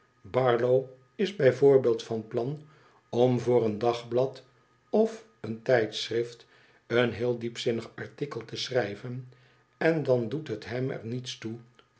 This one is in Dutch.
barlow is bij voorbeeld van plan om voor een dagblad of een tijdschrift een heel diepzinnig artikel te schrijven en dan doet het hem er niets toe